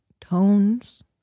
tones